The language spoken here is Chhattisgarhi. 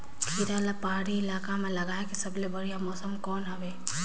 खीरा ला पहाड़ी इलाका मां लगाय के सबले बढ़िया मौसम कोन हवे?